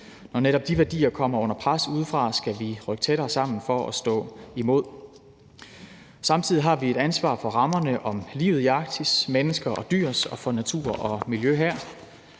Når netop de værdier kommer under pres udefra, skal vi rykke tættere sammen for at stå imod. Samtidig har vi et ansvar for rammerne om livet i Arktis, for mennesker og dyr og for natur og miljø her,